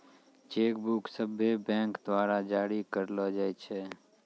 cheque book सभ्भे bank द्वारा जारी करलो जाय छै